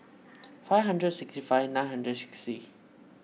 five hundred sixty five nine hundred sixty